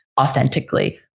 authentically